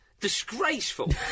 disgraceful